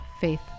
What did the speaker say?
faith